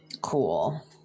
Cool